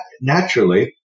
naturally